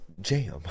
jam